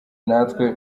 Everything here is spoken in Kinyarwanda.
natwe